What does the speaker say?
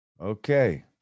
Okay